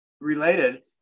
related